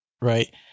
Right